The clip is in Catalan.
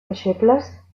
deixebles